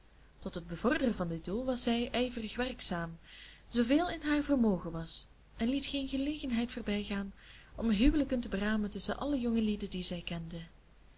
tot het bevorderen van dit doel was zij ijverig werkzaam zooveel in haar vermogen was en liet geen gelegenheid voorbijgaan om huwelijken te beramen tusschen alle jongelieden die zij kende